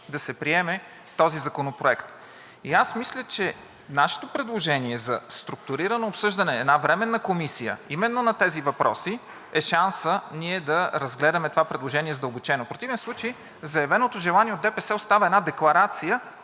да се приеме този законопроект. И аз мисля, че нашето предложение за структурирано обсъждане, една временна комисия, именно на тези въпроси, е шансът ние да разгледаме това предложение задълбочено. В противен случай заявеното желание от ДПС остава една декларация,